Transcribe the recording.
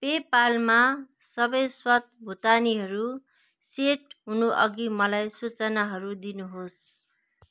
pay पालमा सबै स्वत भुक्तानीहरू सेट हुनु अघि मलाई सूचनाहरू दिनुहोस्